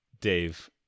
Dave